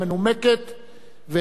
ואת החלטת הנשיאות,